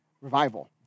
Revival